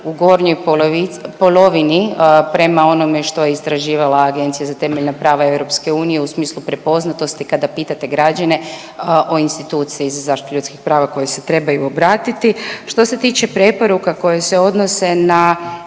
u gornjoj polovini prema onome što je istraživala Agencija za temeljna prava EU u smislu prepoznatosti kada pitate građane o instituciji za zaštitu ljudskih prava kojoj se trebaju obratiti. Što se tiče preporuka koje se odnose na